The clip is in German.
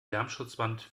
lärmschutzwand